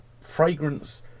fragrance